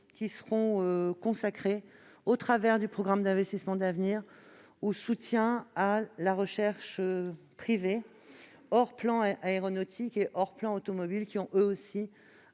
seront consacrés, au travers du programme d'investissements d'avenir, au soutien à la recherche privée, hors plans aéronautique et automobile, qui disposent eux aussi